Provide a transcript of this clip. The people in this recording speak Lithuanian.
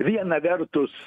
viena vertus